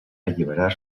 alliberar